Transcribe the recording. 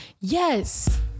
Yes